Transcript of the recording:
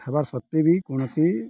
ହେବାର୍ ସତ୍ତ୍ୱେ ବି କୌଣସି